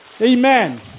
Amen